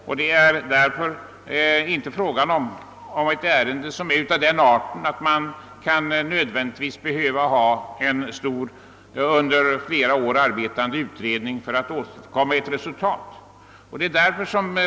Ärendet är heller inte av sådan art att det behövs en stor, under flera år arbetande utredning för att man skall kunna åstadkomma ett resultat.